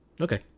Okay